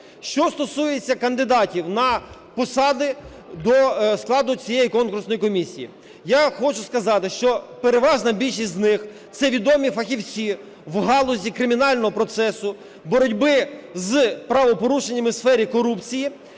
Що стосується кандидатів на посаду до складу цієї конкурсної комісії. Я хочу сказати, що переважна більшість з них – це відомі фахівці в галузі кримінального процесу боротьби з правопорушеннями у сфері корупції,